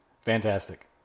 Fantastic